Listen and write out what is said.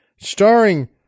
Starring